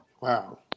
Wow